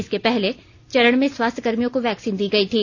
इसके पहले चरण में स्वास्थ्यकर्मियों को वैक्सीन दी गई थी